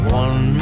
one